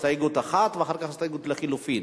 הסתייגות אחת ואחר כך הסתייגות לחלופין,